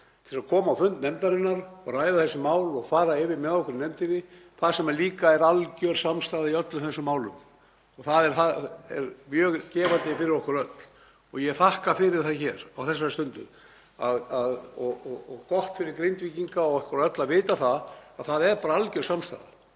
um að koma á fund nefndarinnar og ræða þessi mál og fara yfir þau með okkur í nefndinni, þar sem líka er algjör samstaða í öllum þessum málum. Það er mjög gefandi fyrir okkur öll og ég þakka fyrir það hér á þessari stundu. Það er gott fyrir Grindvíkinga og okkur öll að vita að það ríkir algjör samstaða.